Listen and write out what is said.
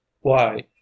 Why